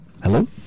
Hello